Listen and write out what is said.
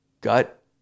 gut